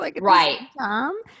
Right